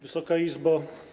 Wysoka Izbo!